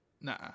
Nah